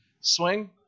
Swing